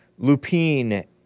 Lupine